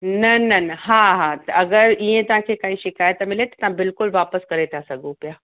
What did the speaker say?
न न न हा हा त अगरि ईअं तव्हांखे काई शिकाइत मिले त तव्हां बिल्कुलु वापिसि करे था सघो पिया